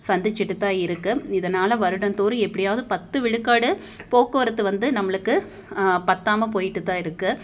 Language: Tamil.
சந்திச்சுட்டுதான் இருக்கு இதனால் வருடம் தோறும் எப்படியாவது பத்து விழுக்காடு போக்குவரத்து வந்து நம்மளுக்கு பத்தாமல் போயிட்டுதான் இருக்குது